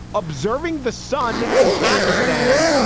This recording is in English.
observing the sun in pakistan.